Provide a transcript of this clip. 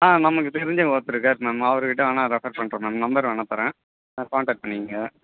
ஆ நமக்கு தெரிஞ்ச ஒருத்தர் இருக்கார் மேம் அவர்கிட்ட வேணா ரெஃபர் பண்ணுறேன் மேம் நம்பர் வேணா தரேன் காண்டக்ட் பண்ணிக்கொங்க